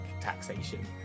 taxation